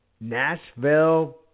nashville